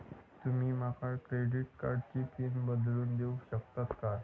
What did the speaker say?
तुमी माका क्रेडिट कार्डची पिन बदलून देऊक शकता काय?